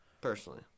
personally